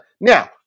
Now